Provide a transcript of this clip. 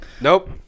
Nope